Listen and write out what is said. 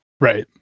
right